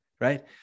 right